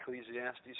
Ecclesiastes